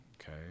okay